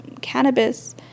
cannabis